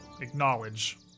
acknowledge